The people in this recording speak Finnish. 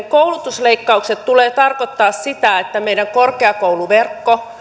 koulutusleikkaukset tulevat tarkoittamaan sitä että meidän korkeakouluverkkomme